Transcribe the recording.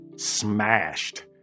smashed